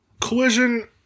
collision